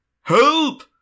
Help